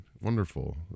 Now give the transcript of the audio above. Wonderful